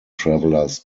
travelers